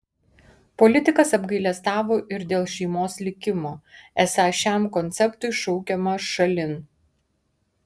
politikas apgailestavo ir dėl šeimos likimo esą šiam konceptui šaukiama šalin